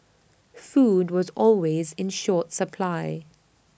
food was always in short supply